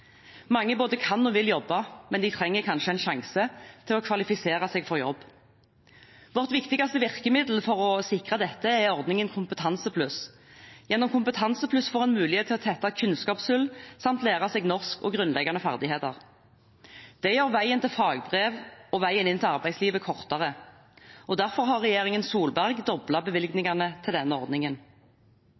Mange både kan og vil jobbe, men de trenger kanskje en sjanse til å kvalifisere seg for jobb. Vårt viktigste virkemiddel for å sikre dette er ordningen Kompetansepluss. Gjennom Kompetansepluss får man mulighet til å tette kunnskapshull samt lære seg norsk og grunnleggende ferdigheter. Det gjør veien til fagbrev og veien inn til arbeidslivet kortere. Derfor har regjeringen Solberg doblet bevilgningene til denne ordningen.